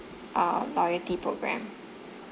uh loyalty programme